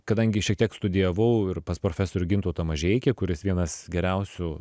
kadangi šiek tiek studijavau ir pas profesorių gintautą mažeikį kuris vienas geriausių